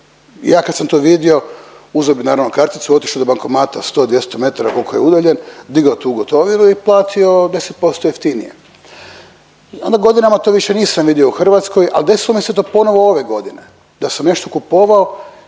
ja kad sam to vidio uzeo bi naravno karticu, otišao do bankomata 100 – 200 metara koliko je udaljen, digao tu gotovinu i platio 10% jeftinije. Onda godinama to nisam vidio u Hrvatskoj ali desilo mi se to ponovo ove godine da sam nešto kupovao